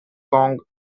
kong